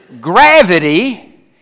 Gravity